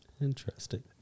Interesting